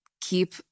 keep